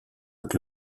avec